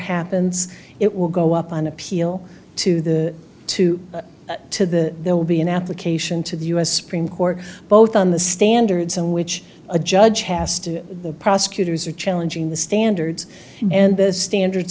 happens it will go up on appeal to the two to the there will be an application to the u s supreme court both on the standards in which a judge has to the prosecutors are challenging the standards and the standards